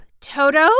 Toto